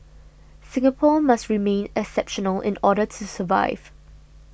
Singapore must remain exceptional in order to survive